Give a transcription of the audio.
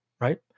right